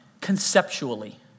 conceptually